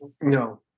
No